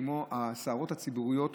כמו הסערות הציבוריות,